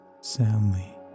soundly